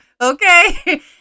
okay